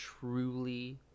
truly